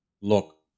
look